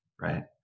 right